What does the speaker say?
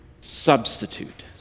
substitute